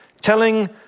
telling